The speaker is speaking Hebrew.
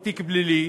תיק פלילי,